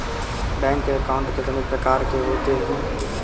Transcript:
Bank account कितने प्रकार के होते हैं?